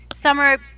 Summer